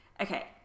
okay